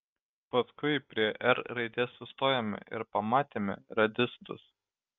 paskui prie r raidės sustojome ir pamatėme radistus